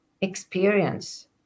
experience